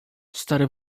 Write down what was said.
stary